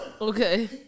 Okay